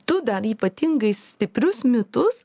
tu dan ypatingai stiprius mitus